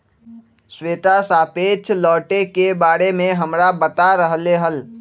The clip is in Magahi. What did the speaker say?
श्वेता सापेक्ष लौटे के बारे में हमरा बता रहले हल